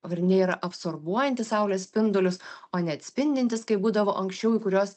pagrinde yra absorbuojantys saulės spindulius o neatspindintys kaip būdavo anksčiau kurios